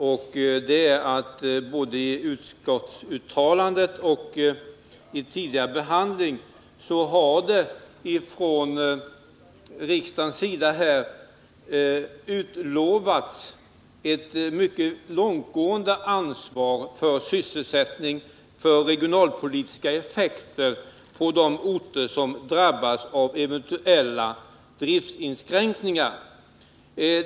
Både i det uttalande som gjorts och under tidigare behandling har från riksdagens sida förklarats att man har ett mycket långtgående ansvar för sysselsättningen och för de regionalpolitiska effekterna på de orter som drabbas av eventuella driftinskränkningar.